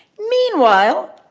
meanwhile,